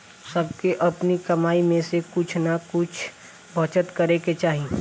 सबके अपनी कमाई में से कुछ नअ कुछ बचत करे के चाही